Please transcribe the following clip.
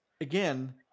Again